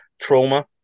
trauma